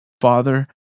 Father